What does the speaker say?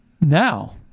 Now